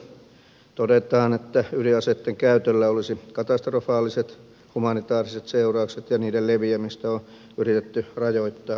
joukkotuhoaseista todetaan että ydinaseitten käytöllä olisi katastrofaaliset humanitaariset seuraukset ja niiden leviämistä on yritetty rajoittaa monin tavoin